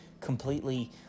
completely